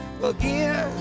again